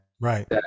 right